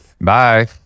Bye